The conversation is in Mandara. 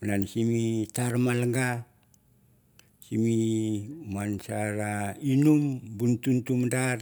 malan sim tar manlaga sim man sa in num